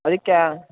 five కా